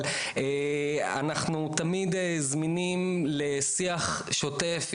אבל אנחנו תמיד זמינים לשיח שוטף.